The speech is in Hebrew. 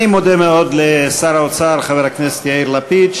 אני מודה מאוד לשר האוצר חבר הכנסת יאיר לפיד,